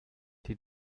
die